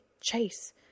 chase